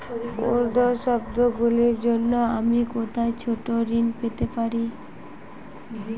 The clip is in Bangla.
উত্সবগুলির জন্য আমি কোথায় ছোট ঋণ পেতে পারি?